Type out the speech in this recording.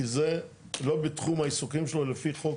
כי זה לא בתחום העיסוקים שלו לפי חוק,